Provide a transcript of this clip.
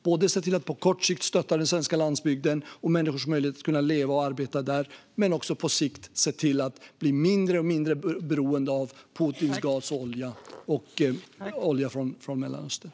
På kort sikt ser vi till att stötta den svenska landsbygden och människors möjlighet att leva och arbeta där. På längre sikt ser vi till att bli mindre och mindre beroende av gas och olja från Putin och olja från Mellanöstern.